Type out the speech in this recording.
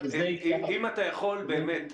אם אתה יכול באמת,